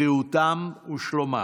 בריאותם ושלומם.